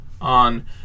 on